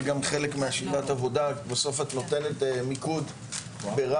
גם חלק משגרת העבודה כי בסוף את נותנת מיקוד ברהט,